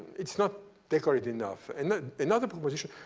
it's not decorated enough. and another proposition,